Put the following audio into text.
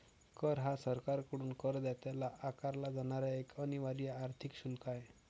कर हा सरकारकडून करदात्यावर आकारला जाणारा एक अनिवार्य आर्थिक शुल्क आहे